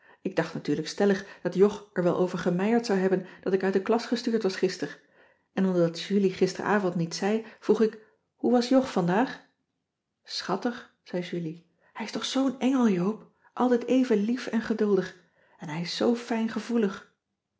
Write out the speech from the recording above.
ik dacht natuurlijk stellig dat jog er wel over gemeierd zou hebben dat ik uit de klas gestuurd was gister en omdat julie gisteravond niets zei vroeg ik hoe was jog vandaag schattig zei julie hij is toch zoo'n engel joop altijd even lief en geduldig en hij is zoo fijn gevoelig